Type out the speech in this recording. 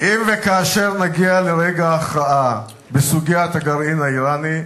אם וכאשר נגיע לרגע ההכרעה בסוגיית הגרעין האירני,